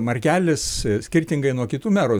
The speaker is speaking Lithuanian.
markelis skirtingai nuo kitų merų